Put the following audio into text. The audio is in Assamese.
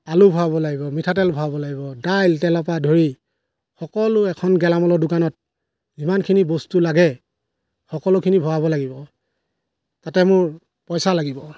আলু ভৰাব লাগিব মিঠাতেল ভৰাব লাগিব দাইল তেলৰপৰা ধৰি সকলো এখন গেলামালৰ দোকানত যিমানখিনি বস্তু লাগে সকলোখিনি ভৰাব লাগিব তাতে মোৰ পইছা লাগিব